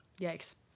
Yikes